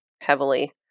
heavily